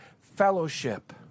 fellowship